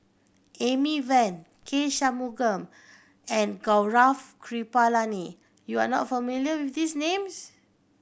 Amy Van K Shanmugam and Gaurav Kripalani you are not familiar with these names